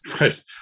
Right